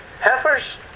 heifers